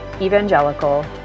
Evangelical